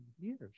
years